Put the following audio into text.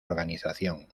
organización